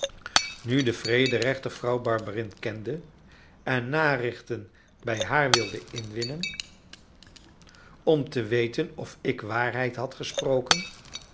nu de vrederechter vrouw barberin kende en narichten bij haar wilde inwinnen om te weten of ik waarheid had gesproken